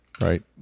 right